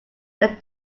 than